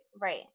right